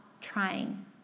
trying